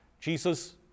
Jesus